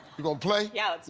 you gonna play? yeah,